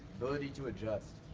ability to adjust.